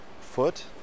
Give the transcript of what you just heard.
foot